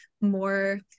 more